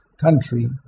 country